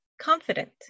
confident